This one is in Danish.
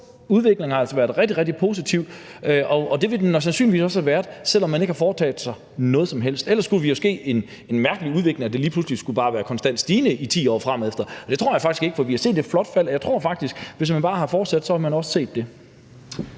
udviklingen har været rigtig, rigtig positiv, og det ville den sandsynligvis også have været, selv om man ikke havde foretaget sig noget som helst. Ellers skulle der jo ske en mærkelig udvikling, altså at det lige pludselig bare skulle være konstant stigende i 10 år fremefter, og det tror jeg faktisk ikke. For vi har set et flot fald, og jeg tror faktisk, at hvis man bare havde fortsat, havde man også set det.